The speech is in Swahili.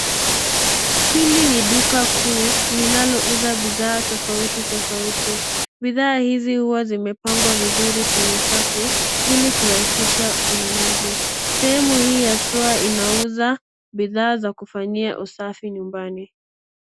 Hili ni duka kuu linalouza bidhaa tofauti, tofauti. Bidhaa hizi huwa zimepangwa vizuri kwenye safu ili kurahisisha ununuzi. Sehemu hii haswa inauza bidhaa za kufanyia usafi nyumbani.